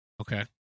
Okay